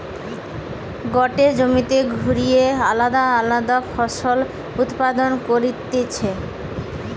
গটে জমিতে ঘুরিয়ে আলদা আলদা ফসল উৎপাদন করতিছে